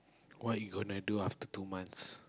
what you gonna do after two months